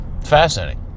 Fascinating